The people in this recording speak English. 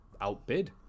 outbid